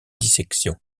dissection